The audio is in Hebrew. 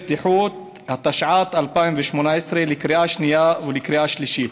התשע"ט 2011, לקריאה שנייה ולקריאה שלישית.